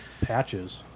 patches